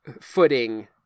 footing